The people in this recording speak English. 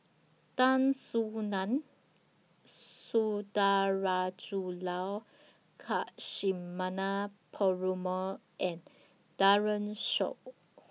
Tan Soo NAN Sundarajulu Lakshmana Perumal and Daren Shiau